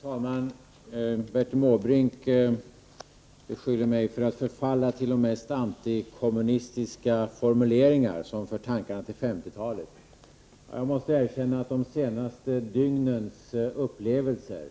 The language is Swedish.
Herr talman! Bertil Måbrink beskyller mig för att förfalla till de mest antikommunistiska formuleringar som för tankarna till 1950-talet. Jag måste erkänna att de senaste dygnens upplevelser